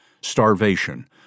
starvation